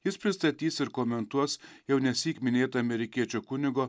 jis pristatys ir komentuos jau nesyk minėtą amerikiečių kunigo